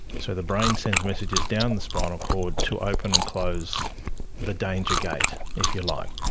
so the brain sends messages down the spinal cord to open and close the danger gate, if you like.